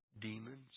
demons